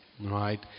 right